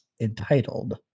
entitled